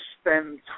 spend